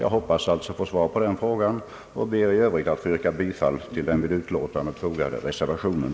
Jag hoppas alltså på svar på min fråga och ber i övrigt att få yrka bifall till den vid utlåtandet fogade reservationen.